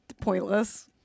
pointless